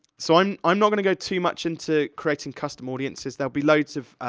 so i'm, i'm not gonna go too much into creating custom audiences. there'll be loads of